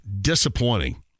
disappointing